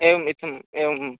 एवम् इत्थम् एवम्